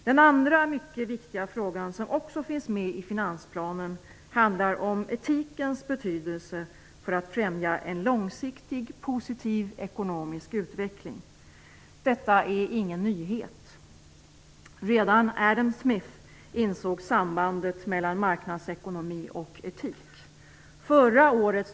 Den andra mycket viktiga frågan, som också finns med i finansplanen, handlar om etikens betydelse för att främja en långsiktigt positiv ekonomisk utveckling. Detta är ingen nyhet. Redan Adam Smith insåg sambandet mellan marknadsekonomi och etik.